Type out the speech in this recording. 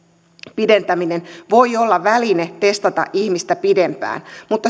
pidentäminen voi olla väline testata ihmistä pidempään mutta